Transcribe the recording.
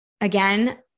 Again